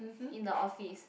in the office